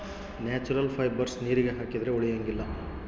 natural fibres ನೀರಿಗೆ ಹಾಕಿದ್ರೆ ಉಳಿಯಂಗಿಲ್ಲ